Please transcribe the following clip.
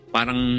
Parang